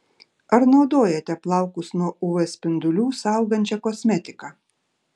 ar naudojate plaukus nuo uv spindulių saugančią kosmetiką